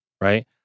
right